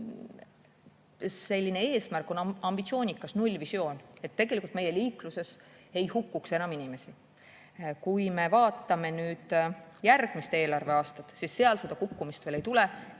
maha. Eesmärk on ambitsioonikas nullvisioon, et meie liikluses ei hukkuks enam inimesi. Kui me vaatame järgmist eelarveaastat, siis seal seda kukkumist ju veel ei tule.